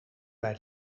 bij